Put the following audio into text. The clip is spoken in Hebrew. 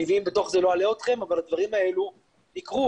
לא אלאה אתכם אבל הדברים האלה יקרו.